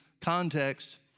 context